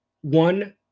one